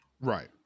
Right